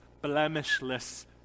blemishless